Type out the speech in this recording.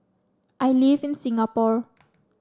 I live in Singapore